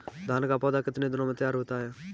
धान का पौधा कितने दिनों में तैयार होता है?